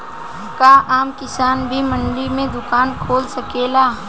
का आम किसान भी मंडी में दुकान खोल सकेला?